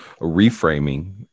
reframing